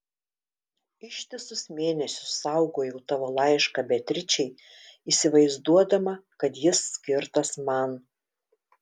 ištisus mėnesius saugojau tavo laišką beatričei įsivaizduodama kad jis skirtas man